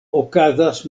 okazas